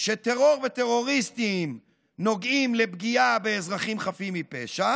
שטרור וטרוריסטים נוגעים לפגיעה באזרחים חפים מפשע